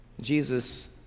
Jesus